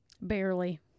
Barely